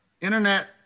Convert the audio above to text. internet